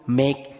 make